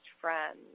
friends